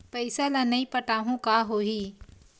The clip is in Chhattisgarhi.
पईसा ल नई पटाहूँ का होही?